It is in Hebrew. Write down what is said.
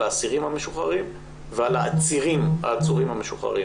על האסירים המשוחררים ועל העצורים המשוחררים.